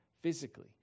physically